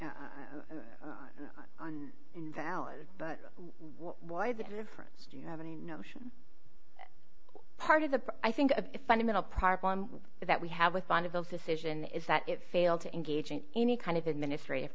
on invalid but why the difference do you have any notion part of the i think of a fundamental problem that we have with one of those decision is that it failed to engage in any kind of administr